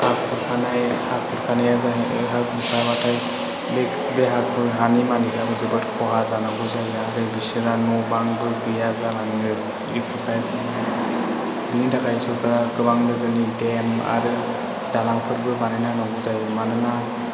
हा खुरखानाय हा खुरखानाया जाबाय बे हा खुरखाब्लाथाय बे हाफोर हानि मालिगाबो जोबोर खहा जानांगौ जायो आरो बिसोरहा न' बां गैया जानाङो बिनि थाखाय बिनि थाखाय सोरखारा गोबां लेबेलनि देम आरो दालांफोरबो बानायनांगौ जायो मानोना